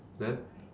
then